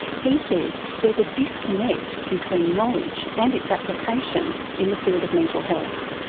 he says there's a disconnect between knowledge and its application in the field of mental health.